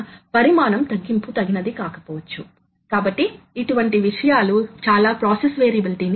మీరు block skip కలిగి ఉండ వచ్చు కాబట్టి మీకు ఆ బ్లాక్ స్కిప్ ఉంటే ప్రత్యేకమైన బ్లాక్ విస్మరించబడుతుంది